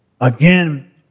Again